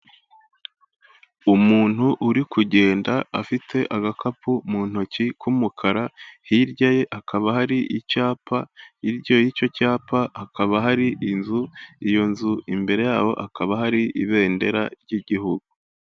Umuntu uri kugenda afite agakapu mu ntoki k'umukara, hirya ye hakaba hari icyapa, hirya y'icyo cyapa hakaba hari inzu, iyo nzu imbere yayo hakaba hari ibendera ry'igihugu.